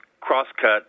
cross-cut